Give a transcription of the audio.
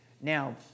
Now